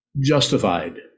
Justified